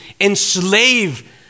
enslave